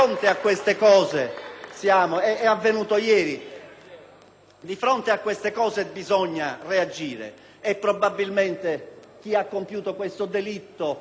come questo bisogna reagire. Probabilmente chi ha compiuto quel delitto cammina libero e tranquillo, perché tanto l'omertà